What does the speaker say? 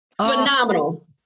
Phenomenal